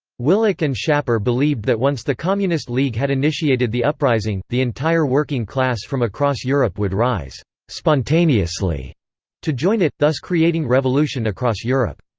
willich and schapper believed that once the communist league had initiated the uprising, the entire working class from across europe would rise spontaneously to join it, thus creating revolution across europe.